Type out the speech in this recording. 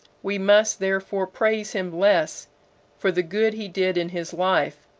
we must therefore praise him less for the good he did in his life,